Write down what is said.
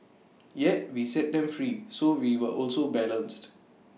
yet we set them free so we were also balanced